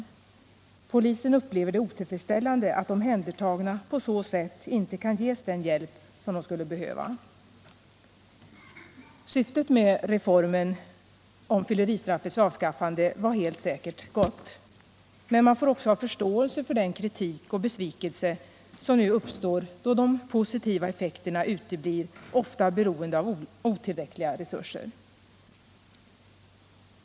Polisen upplever det som otillfredsställande att omhändertagna på så sätt inte kan ges den hjälp som de skulle behöva. Syftet med reformen om fylleristraffets avskaffande var helt säkert gott. Men man får också ha förståelse för den kritik och besvikelse som nu uppstår då de positiva effekterna uteblir, ofta beroende av otillräckliga resurser.